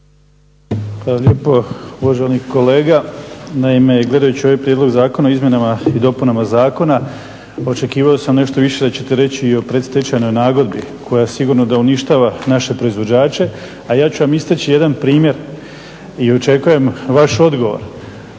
lijepo. Uvaženi kolega, naime gledajući ovaj prijedlog zakona o izmjenama i dopunama zakona očekivao sam nešto više da ćete reći i o predstečajnoj nagodbi koja sigurno da uništava naše proizvođače, a ja ću vam istaći jedan primjer i očekujem vaš odgovor.